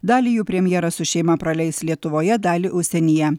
dalį jų premjeras su šeima praleis lietuvoje dalį užsienyje